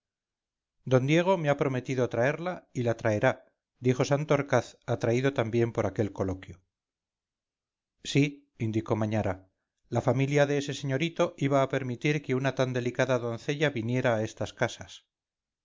d diego me ha prometido traerla y la traerá dijo santorcaz atraído también por aquel coloquio sí indicó mañara la familia de ese señorito iba a permitir que una tan delicada doncella viniera a estas casas